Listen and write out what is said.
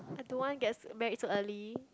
don't want get married so early